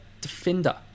defender